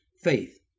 faith